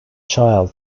child